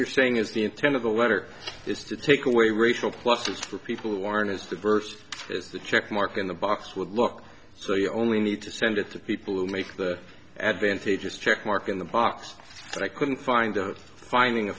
you're saying is the intent of the letter is to take away racial pluses for people who aren't as diverse as the check mark in the box would look so you only need to send at the people who make the advantages check mark in the box so i couldn't find a finding